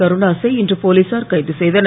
கருணாஸை இன்று போலீசார் கைது செய்தனர்